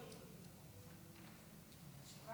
השרה